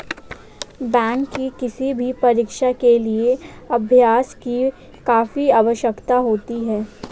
bank की किसी भी परीक्षा के लिए अभ्यास की काफी आवश्यकता होती है